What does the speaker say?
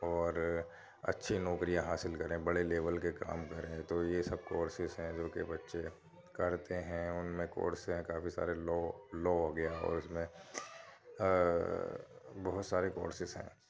اور اچھی نوکریاں حاصل کریں بڑے لیول کے کام کریں تو یہ سب کورسیز ہیں جو کہ بچے کرتے ہیں اُن میں کورس ہیں کافی سارے لو لو ہو گیا اور اُس میں بہت سارے کورسیز ہیں